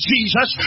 Jesus